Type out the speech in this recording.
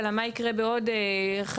על המה יקרה בעוד חמש,